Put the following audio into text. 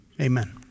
Amen